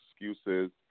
excuses